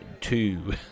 Two